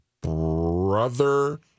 brother